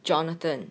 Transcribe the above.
jonathan